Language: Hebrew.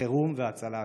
החירום וההצלה השונים.